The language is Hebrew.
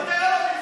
תוותר,